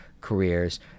careers